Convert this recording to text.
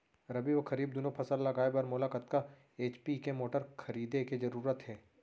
रबि व खरीफ दुनो फसल लगाए बर मोला कतना एच.पी के मोटर खरीदे के जरूरत हे?